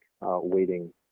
waiting